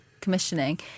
commissioning